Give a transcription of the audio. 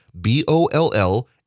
B-O-L-L